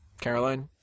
Caroline